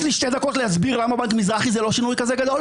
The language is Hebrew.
יש לי שתי דקות להסביר למה בנק מזרחי זה לא שינוי כזה גדול?